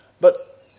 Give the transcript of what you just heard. But